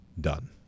done